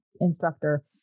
instructor